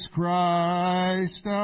Christ